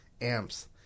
amps